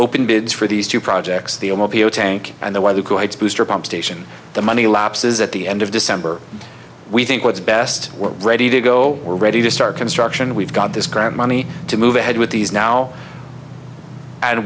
opened bids for these two projects the tank and the y the pump station the money lapses at the end of december we think what's best we're ready to go we're ready to start construction we've got this grant money to move ahead with these now and